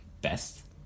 best